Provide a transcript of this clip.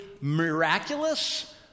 miraculous